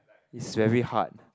is very hard